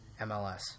MLS